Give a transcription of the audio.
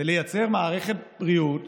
זה לייצר מערכת בריאות,